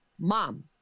Mom